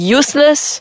useless